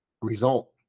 result